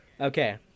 Okay